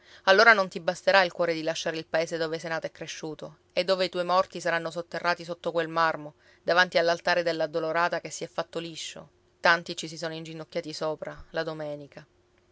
allora non ti basterà il cuore di lasciare il paese dove sei nato e cresciuto e dove i tuoi morti saranno sotterrati sotto quel marmo davanti all'altare dell'addolorata che si è fatto liscio tanti ci si sono inginocchiati sopra la domenica